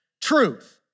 truth